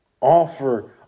offer